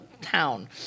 town